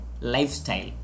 lifestyle